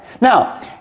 Now